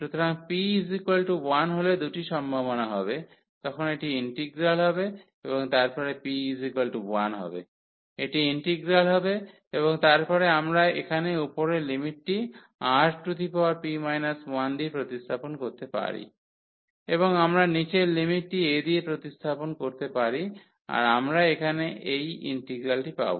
সুতরাং p1 হলে দুটি সম্ভাবনা হবে তখন এটি ইন্টিগ্রাল হবে এবং তারপরে p1 হবে এটি ইন্টিগ্রাল হবে এবং তারপরে আমরা এখানে উপরের লিমিটটি Rp 1 দিয়ে প্রতিস্থাপন করতে পারি এবং আমরা নিচের লিমিটটি a দিয়ে প্রতিস্থাপন করতে পারি আর আমরা এখানে এই ইন্টিগ্রালটি পাব